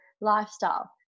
lifestyle